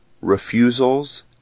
Refusals